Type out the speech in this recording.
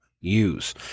use